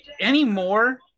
anymore